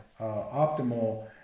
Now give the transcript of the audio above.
optimal